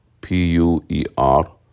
P-U-E-R